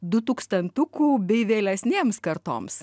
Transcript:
du tūkstantukų bei vėlesnėms kartoms